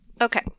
Okay